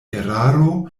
eraro